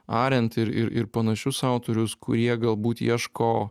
arent ir ir ir panašius autorius kurie galbūt ieško